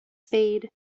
spade